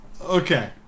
Okay